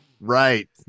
right